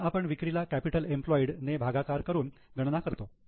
म्हणून आपण विक्रीला कॅपिटल एम्पलोयेड ने भागाकार करून गणना करतो